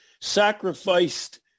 sacrificed